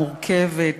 מורכבת,